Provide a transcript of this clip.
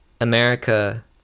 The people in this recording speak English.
America